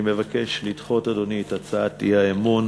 אני מבקש לדחות, אדוני, את הצעת האי-אמון.